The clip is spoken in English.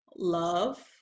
Love